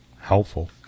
helpful